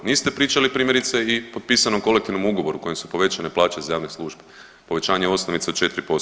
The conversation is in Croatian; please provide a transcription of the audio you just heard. Niste pričali primjerice i potpisanom kolektivnom ugovoru kojim su povećane plaće za javne službe, povećanje osnovnice od 4%